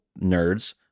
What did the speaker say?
nerds